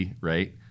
right